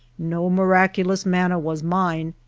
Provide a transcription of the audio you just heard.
no miraculous manna was mine.